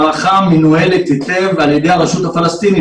מערכה מנוהלת היטב על ידי הרשות הפלסטינית,